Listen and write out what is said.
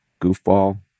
goofball